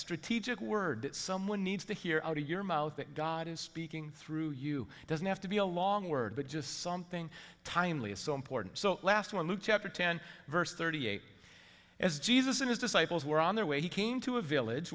strategic word that someone needs to hear out of your mouth that god is speaking through you doesn't have to be a long word but just something timely is so important so last one luke chapter ten verse thirty eight as jesus and his disciples were on their way he came to a village